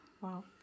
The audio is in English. wow